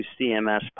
CMS